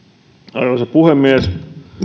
arvoisa puhemies